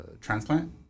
transplant